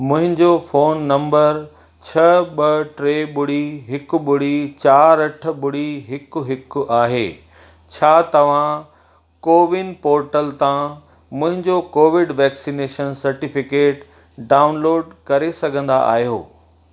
मुंहिंजो phone number छह ॿ टे ॿुड़ी हिकु ॿुड़ी चारि अठ ॿुड़ी हिकु हिकु आहे छा तव्हां कोविन पोर्टल तां मुंहिंजो कोविड वैक्सीनेशन सर्टिफिकेट डाउनलोड करे सघंदा आहियो